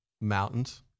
mountains